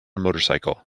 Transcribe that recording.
motorcycle